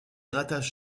rattache